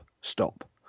stop